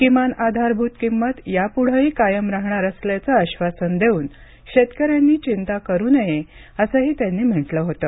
किमान आधारभूत किंमत यापुढेही कायम राहणार असल्याचं आश्वासन देऊन शेतकऱ्यांनी चिंता करू नये असंही त्यांनी म्हटलं होतं